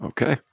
Okay